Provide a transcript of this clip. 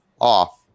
off